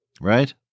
Right